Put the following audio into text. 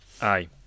Aye